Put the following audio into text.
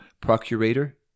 procurator